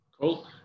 cool